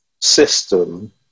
system